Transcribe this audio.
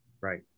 Right